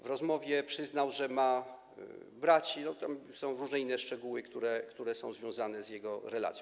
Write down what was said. W rozmowie przyznał, że ma braci, tam są różne inne szczegóły, które są związane z jego relacją.